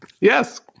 Yes